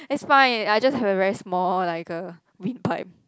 it's fine I just have a very small like a wind pipe